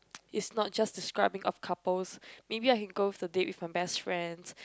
is not just describing a couples maybe I can go with a date with my best friends